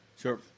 Sure